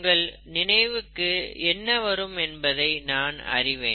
உங்கள் நினைவுக்கு என்ன வரும் என்பதை நான் அறிவேன்